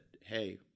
hey